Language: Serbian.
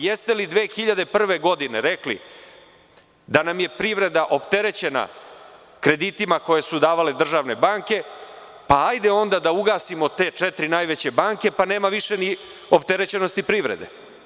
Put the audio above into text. Jeste li 2001. godine rekli da nam je privreda opterećena kreditima koje su davale državne banke, pa hajde onda da ugasimo te četiri najveće banke, pa nema više ni opterećenosti privrede.